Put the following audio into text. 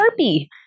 Sharpie